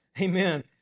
Amen